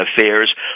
affairs